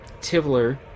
tivler